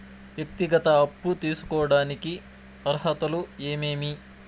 వ్యక్తిగత అప్పు తీసుకోడానికి అర్హతలు ఏమేమి